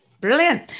brilliant